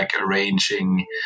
arranging